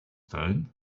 stone